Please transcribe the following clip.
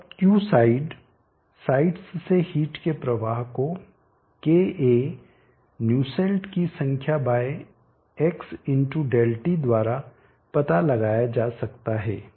अब Qside sides से heat के प्रवाह को KA न्यूसेल्ट की संख्या बाय X ΔT द्वारा पता लगाया जा सकता है